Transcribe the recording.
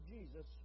Jesus